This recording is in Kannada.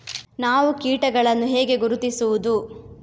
ನಾವು ಕೀಟಗಳನ್ನು ಹೇಗೆ ಗುರುತಿಸುವುದು?